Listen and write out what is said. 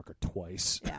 twice